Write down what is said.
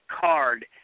card